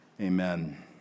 Amen